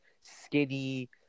skinny